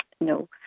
No